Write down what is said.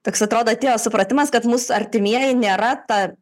toks atrodo atėjo supratimas kad mūsų artimieji nėra ta